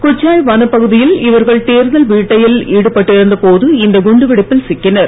குச்சாய் வனப்பகுதியில் இவர்கள் தேடுதல் வேட்டையில் ஈடுபட்டிருந்த போது இந்த குண்டுவெடிப்பில் சிக்கினர்